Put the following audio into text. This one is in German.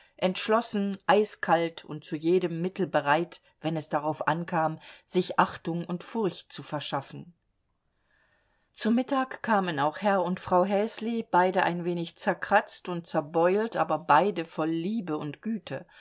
entschlossen eiskalt und zu jedem mittel bereit wenn es drauf ankam sich achtung und furcht zu verschaffen zu mittag kamen auch herr und frau häsli beide ein wenig zerkratzt und zerbeult aber beide voll liebe und güte